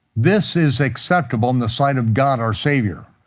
this is acceptable in the sign of god, our savior,